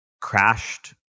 crashed